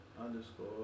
underscore